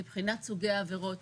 מבחינת סוגי העבירות,